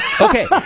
okay